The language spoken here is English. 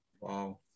Wow